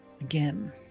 Again